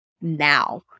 now